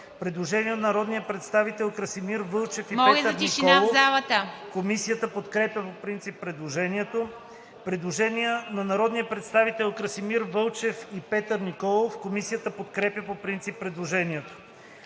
Предложения на народния представител Красимир Вълчев и Петър Николов. Комисията подкрепя по принцип предложението. Предложение на народния представител Красимир Вълчев и Петър Николов. Комисията подкрепя по принцип предложението.